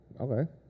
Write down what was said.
Okay